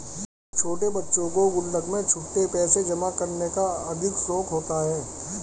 छोटे बच्चों को गुल्लक में छुट्टे पैसे जमा करने का अधिक शौक होता है